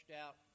out